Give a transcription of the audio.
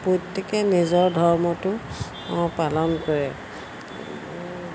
প্ৰত্যেকে নিজৰ ধৰ্মটো পালন কৰে